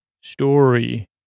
story